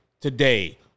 today